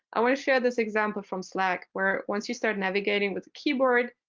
i want to share this example from slack, where once you start navigating with a keyboard,